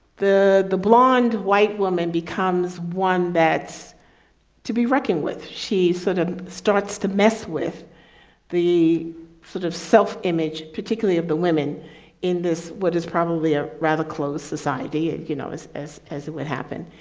the the blonde white woman becomes one that's to be reckoned with, she sort of starts to mess with the sort of self image, particularly of the women in this what is probably a rather close society and you know, as as what happened.